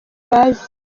bazi